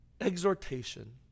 exhortation